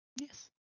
Yes